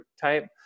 type